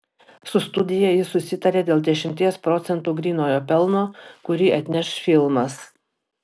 su studija jis susitarė dėl dešimties procentų grynojo pelno kurį atneš filmas